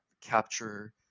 capture